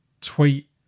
tweet